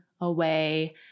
away